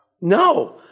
No